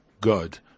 God